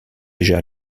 déjà